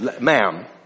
ma'am